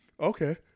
Okay